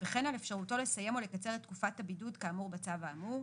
וכן על אפשרותו לסיים או לקצר את תקופת הבידוד כאמור בצו האמור,